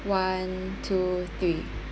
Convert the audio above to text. one two three